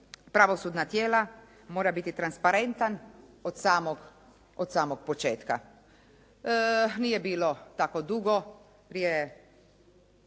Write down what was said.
pravosudna tijela mora biti transparentan od samog početka. Nije bilo tako dugo, prije